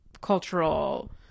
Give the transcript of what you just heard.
cultural